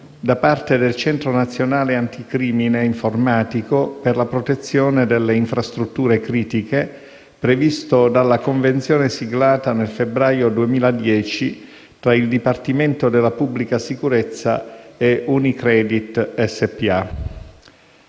da parte del Centro nazionale anticrimine informatico per la protezione delle infrastrutture critiche, previsto dalla convenzione siglata nel febbraio 2010 tra il Dipartimento della pubblica sicurezza e l'Unicredit SpA.